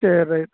சரி ரைட்